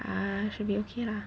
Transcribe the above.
ah should be okay lah